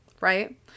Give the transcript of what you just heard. right